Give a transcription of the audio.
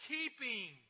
Keeping